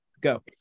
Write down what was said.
go